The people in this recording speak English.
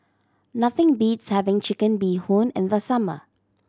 nothing beats having Chicken Bee Hoon in the summer